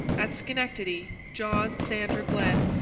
at schenectady john sander glen,